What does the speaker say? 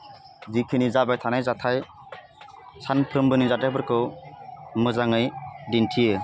जिखिनि जाबाय थानाय जाथाय सानफ्रोमबोनि जाथायफोरखौ मोजाङै दिन्थियो